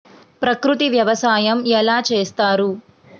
ప్రకృతి వ్యవసాయం ఎలా చేస్తారు?